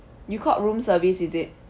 you called room service is it